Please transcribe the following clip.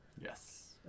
Yes